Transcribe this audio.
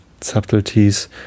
subtleties